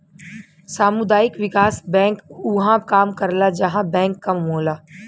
सामुदायिक विकास बैंक उहां काम करला जहां बैंक कम होला